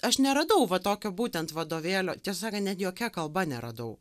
aš neradau va tokio būtent vadovėlio tiesą sakant net jokia kalba neradau